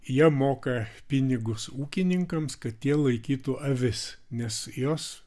jie moka pinigus ūkininkams kad tie laikytų avis nes jos